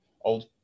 old